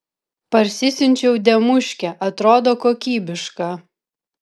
parsisiunčiau demuškę atrodo kokybiška